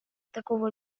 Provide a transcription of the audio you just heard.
такого